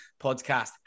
podcast